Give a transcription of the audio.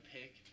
pick